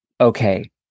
okay